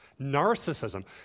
narcissism